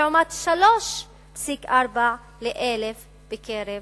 לעומת 3.4 ל-1,000 בקרב